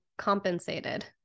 compensated